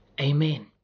Amen